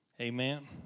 amen